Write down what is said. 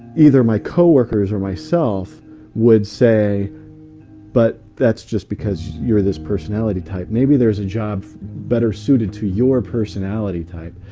either my co-workers or myself would say but that's just because you're this personality type. maybe there's a job better suited to your personality type.